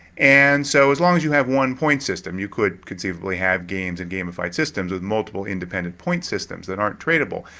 and so as long as you have one point system, you could conceivably have games and gamified systems with multiple independent point systems that aren't tradable.